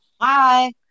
Hi